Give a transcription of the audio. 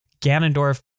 Ganondorf